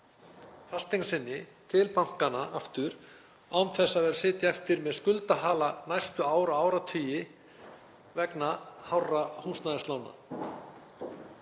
fasteign sinni til bankanna aftur án þess að sitja eftir með skuldahala næstu ár og áratugi vegna hárra húsnæðislána.